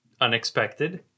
unexpected